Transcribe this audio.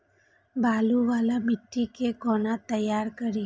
बालू वाला मिट्टी के कोना तैयार करी?